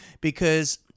because-